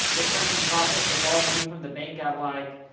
they'll turn some profit, they'll borrow money from the bank at like,